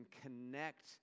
connect